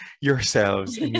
yourselves